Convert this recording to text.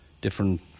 different